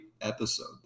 episode